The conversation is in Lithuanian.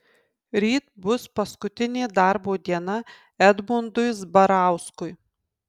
ryt bus paskutinė darbo diena edmundui zbarauskui